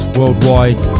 worldwide